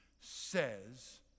says